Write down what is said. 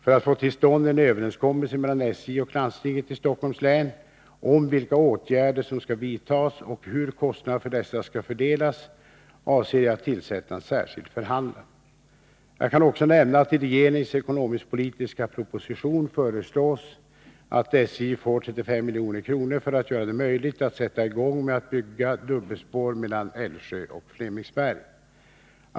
För att få till stånd en överenskommelse mellan SJ och landstinget i Stockholms län om vilka åtgärder som skall vidtas och hur kostnaderna för dessa skall fördelas avser jag tillsätta en särskild förhandlare. Jag kan också nämna att i regeringens ekonomisk-politiska proposition föreslås att SJ får 35 milj.kr. för att göra det möjligt att sätta i gång med att bygga dubbelspår mellan Älvsjö och Flemingsberg.